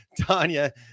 Tanya